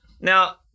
now